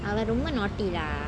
அவன் ரொம்ப:avan romba naughty lah